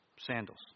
sandals